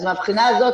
אז מהבחינה הזאת,